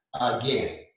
again